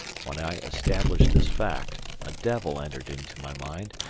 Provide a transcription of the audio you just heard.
when i established this fact, a devil entered into my mind,